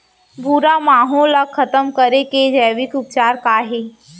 भूरा माहो ला खतम करे के जैविक उपचार का हे?